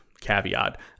caveat